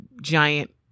giant